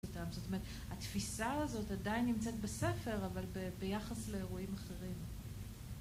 זאת אומרת, התפיסה הזאת עדיין נמצאת בספר אבל ביחס לאירועים אחרים